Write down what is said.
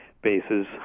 bases